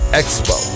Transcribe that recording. expo